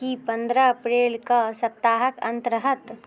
कि पनरह अप्रैलके सप्ताहके अन्त रहत